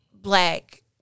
black